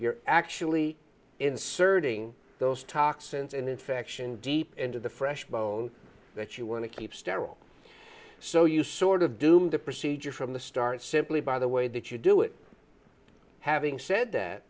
you're actually inserting those toxins and infection deep into the fresh bone that you want to keep sterile so you sort of doomed the procedure from the start simply by the way that you do it having said that